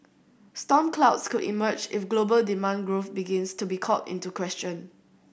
storm clouds could emerge if global demand growth begins to be called into question